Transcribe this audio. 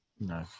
no